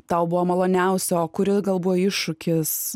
tau buvo maloniausio kurioj gal buvo iššūkis